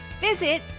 Visit